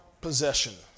possession